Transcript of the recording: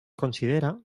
considera